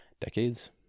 decades